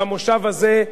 במושב הזה,